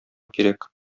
кирәк